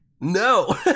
No